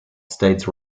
states